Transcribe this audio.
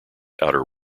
outer